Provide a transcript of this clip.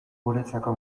guretzako